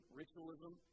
ritualism